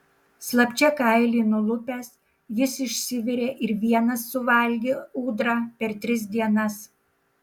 slapčia kailį nulupęs jis išsivirė ir vienas suvalgė ūdrą per tris dienas